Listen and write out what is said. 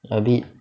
a bit